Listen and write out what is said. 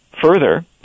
further